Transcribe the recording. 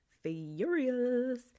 furious